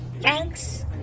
Thanks